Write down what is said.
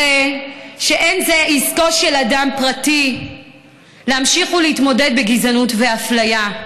הרי אין זה עסקו של אדם פרטי להמשיך ולהתמודד עם גזענות ואפליה.